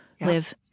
live